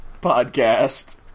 Podcast